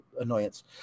annoyance